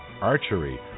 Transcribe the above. archery